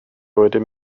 wedyn